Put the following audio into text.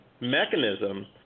mechanism